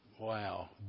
Wow